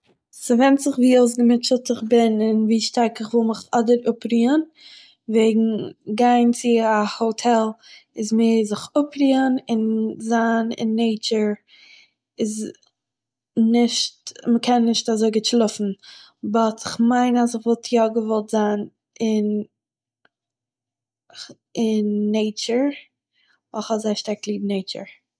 ס'ווענדט זיך ווי אויסגעמוטשעט איך בין און ווי שטארק איך וויל מיך אדער אפרוהען, וועגן, גיין צו א האטעל איז מער זיך אפרוהען און זיין אין נעיטשור איז נישט- מ'קען נישט אזוי גוט שלאפן. באט, כ'מיין אז כ'וואלט יא געוואלט זיין אין- אין נעיטשור, ווייל איך האב אזוי שטארק ליב נעיטשור